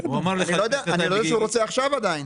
אני לא יודע שהוא רוצה עכשיו עדיין,